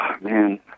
man